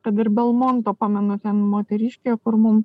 kad ir belmonto pamenu ten moteriškė kur mum